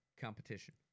competition